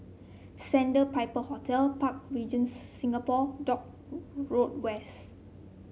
Sandpiper Hotel Park Regis Singapore Dock Road West